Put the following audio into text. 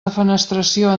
defenestració